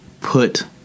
put